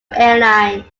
airline